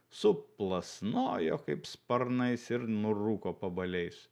suplasnojo kaip sparnais ir nurūko pabaliais